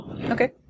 Okay